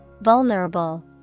Vulnerable